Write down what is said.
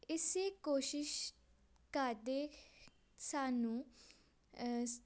ਇਸੇ ਕੋਸ਼ਿਸ਼ ਕਰਦੇ ਸਾਨੂੰ